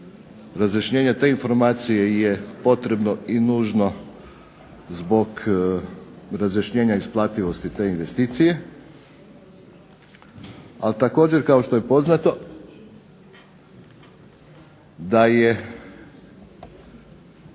razjašnjenje te informacije je potrebno i nužno zbog razjašnjenja isplativosti te investicije. Ali također, kao što je poznato, da je